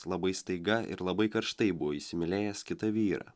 labai staiga ir labai karštai buvo įsimylėjęs kitą vyrą